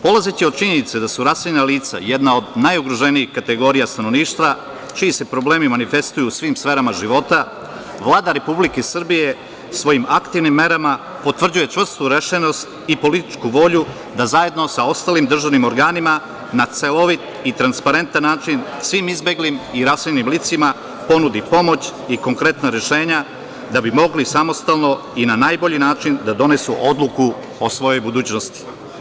Polazeći od činjenice da su raseljena lica jedna od najugroženijih kategorija stanovništva, čiji se problemi manifestuju u svim sferama života, Vlada Republike Srbije svojim aktivnim merama potvrđuje čvrstu rešenost i političku volju da zajedno sa ostalim državnim organima na celovit i transparentan način svim izbeglim i raseljenim licima ponudi pomoć i konkretna rešenja da bi mogli samostalno i na najbolji način da donesu odluku o svojoj budućnosti.